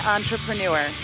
Entrepreneur